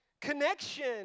connection